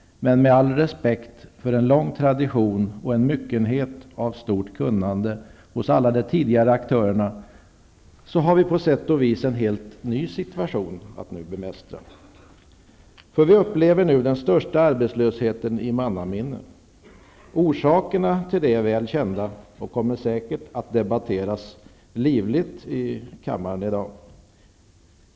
Men med all respekt för en lång tradition och en myckenhet av stort kunnande hos alla de tidigare aktörerna vill jag ändå säga att vi nu på sätt och vis har en helt ny situation att bemästra. Vi upplever nu den största arbetslösheten i mannaminne. Orsakerna till det är väl kända och kommer säkert att debatteras livligt i kammaren i dag.